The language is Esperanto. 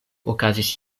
okazis